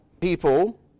people